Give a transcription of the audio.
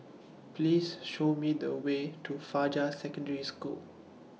Please Show Me The Way to Fajar Secondary School